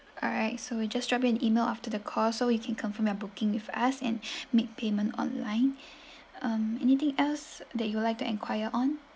alright so we'll just drop you an email after the call so you can confirm your booking with us and make payment online um anything else that you would like to enquire on